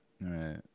Right